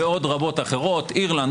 אירלנד,